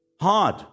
hard